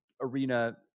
arena